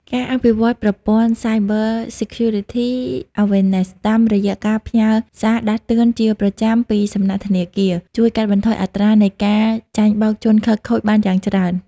ការអភិវឌ្ឍប្រព័ន្ធ Cyber Security Awareness តាមរយៈការផ្ញើសារដាស់តឿនជាប្រចាំពីសំណាក់ធនាគារ ជួយកាត់បន្ថយអត្រានៃការចាញ់បោកជនខិលខូចបានយ៉ាងច្រើន។